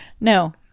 No